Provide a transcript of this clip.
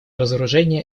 разоружение